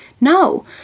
No